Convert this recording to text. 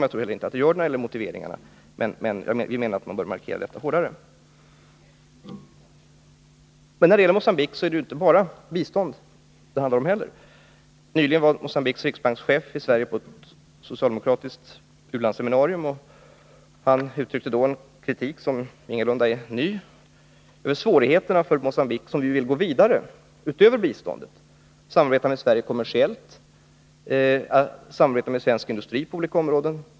Jag tror inte heller att det gör det när det gäller motiveringarna, men jag menar att man bör markera detta hårdare. När det gäller Mogambique är det inte bara biståndet det handlar om. Nyligen var Mogambiques riksbankschef i Sverige på ett socialdemokratiskt u-landsseminarium. Han uttryckte då en kritik som ingalunda är ny. Han betonade svårigheterna för Mogambique, som ju vill gå vidare utöver biståndet och samarbete med Sverige kommersiellt, att samarbeta med svenska industrier på olika områden.